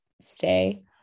stay